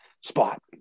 spot